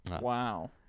Wow